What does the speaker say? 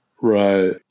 right